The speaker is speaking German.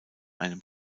einem